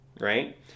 right